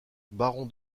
baron